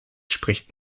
spricht